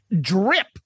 Drip